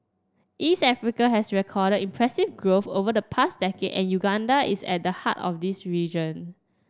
East Africa has recorded impressive growth over the past decade and Uganda is at the heart of this region